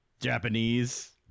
Japanese